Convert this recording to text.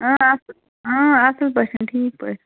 اصٕل اَصٕل پٲٹھٮ۪ن ٹھیٖک پٲٹھۍ